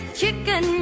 chicken